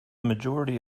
majority